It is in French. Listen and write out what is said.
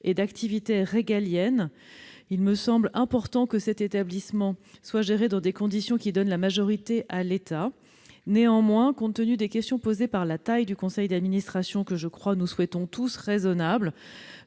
des activités régaliennes. Il me semble important que cet établissement soit géré dans des conditions qui donnent la majorité à l'État. Néanmoins, compte tenu des questions posées par la taille du conseil d'administration, que nous souhaitons tous raisonnable-